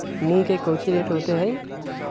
मूंग के कौची रेट होते हई?